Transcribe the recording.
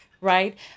Right